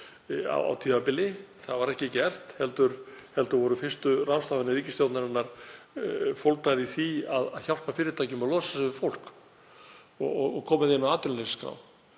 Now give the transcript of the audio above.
á tímabili. Það var ekki gert heldur voru fyrstu ráðstafanir ríkisstjórnarinnar fólgnar í því að hjálpa fyrirtækjum að losa sig við fólk og koma þeim á atvinnuleysisskrá.